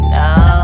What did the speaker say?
now